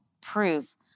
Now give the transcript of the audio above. proof